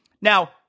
Now